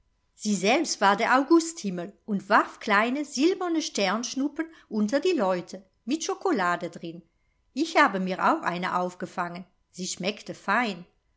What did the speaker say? sie selbst war der augusthimmel und warf kleine silberne sternschnuppen unter die leute mit schokolade drin ich habe mir auch eine aufgefangen sie schmeckte fein